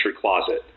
closet